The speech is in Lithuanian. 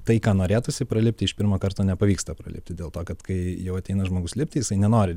tai ką norėtųsi pralipti iš pirmo karto nepavyksta pralipti dėl to kad kai jau ateina žmogus lipti jisai nenori